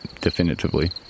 definitively